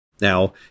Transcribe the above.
Now